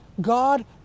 god